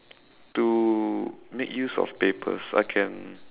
to make use of papers I can